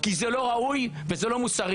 כי זה לא ראוי וזה לא מוסרי.